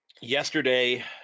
yesterday